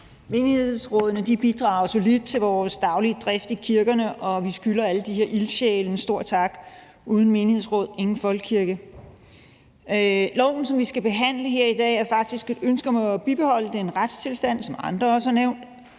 Menighedsrådene bidrager solidt til vores daglige drift i kirkerne, og vi skylder alle de her ildsjæle en stor tak. Uden menighedsråd, ingen folkekirke. Lovforslaget, som vi skal behandle her i dag, er faktisk udtryk for, som andre også har nævnt,